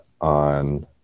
on